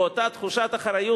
באותה תחושת אחריות,